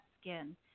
skin